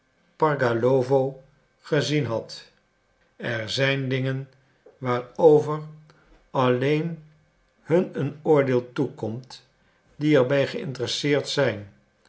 pargalowo gezien had er zijn dingen waarover alleen hun een oordeel toekomt die er bij geïnteresseerd zijn